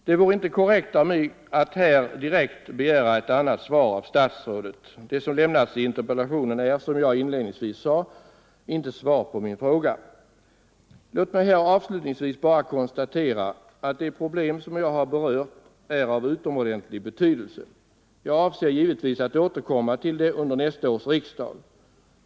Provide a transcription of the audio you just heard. Det vore inte korrekt av mig att här direkt begära ett annat svar av statsrådet. Det som lämnats i interpellationssvaret är, som jag inledningsvis sade, inte svar på min fråga. Låt mig här avslutningsvis bara konstatera att det problem som jag har berört är av utomordentlig betydelse. Jag avser givetvis att återkomma till det under nästa års riksdag.